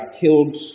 killed